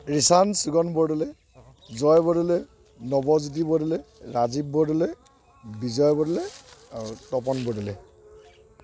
ৰীছান শিৱম বৰদলৈ জয় বৰদলৈ নৱজ্যোতি বৰদলৈ ৰাজীৱ বৰদলৈ বিজয় বৰদলৈ আৰু তপন বৰদলৈ